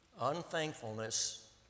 Unthankfulness